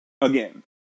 again